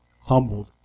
humbled